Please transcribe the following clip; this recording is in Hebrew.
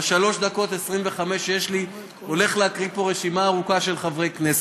ב-3.25 הדקות שיש לי אני הולך להקריא רשימה ארוכה של חברי כנסת.